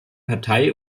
partei